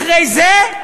אחרי זה,